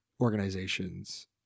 organizations